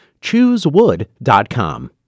Choosewood.com